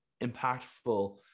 impactful